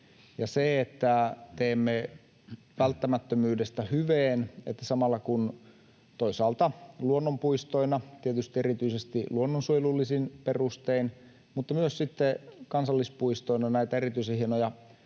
teemme välttämättömyydestä hyveen, se, että samalla kun toisaalta luonnonpuistoina tietysti erityisesti luonnonsuojelullisin perustein mutta myös sitten kansallispuistoina näitä erityisen hienoja